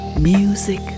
Music